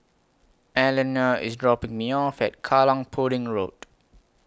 Elinor IS dropping Me off At Kallang Pudding Road